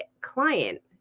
client